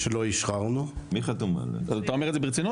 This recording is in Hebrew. אתה אומר את זה ברצינות?